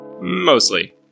Mostly